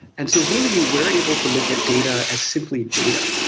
and so really, we're able to look at data as simply data.